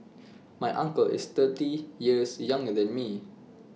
my uncle is thirty years younger than me